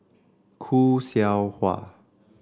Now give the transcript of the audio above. Khoo Seow Hwa